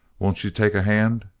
won't you take a hand